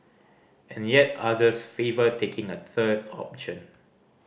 and yet others favour taking a third option